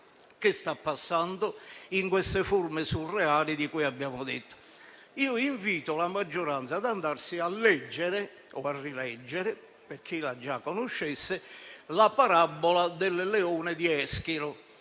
che sta passando in queste forme surreali di cui abbiamo detto. Invito la maggioranza ad andarsi a leggere - o a rileggere, per chi già la conoscesse - la parabola del leone di Eschilo,